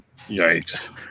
Yikes